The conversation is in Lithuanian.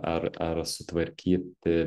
ar ar sutvarkyti